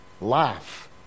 Life